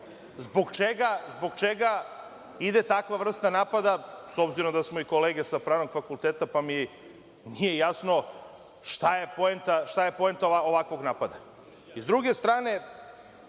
zbog čega ide takva vrsta napada, s obzirom da smo i kolege sa pravnog fakulteta, pa mi nije jasno šta je poenta ovakvog napada.S